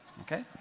Okay